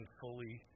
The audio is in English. fully